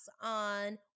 on